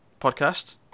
Podcast